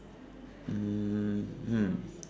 mmhmm